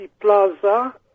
plaza